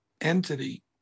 entity